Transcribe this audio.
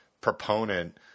proponent